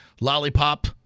lollipop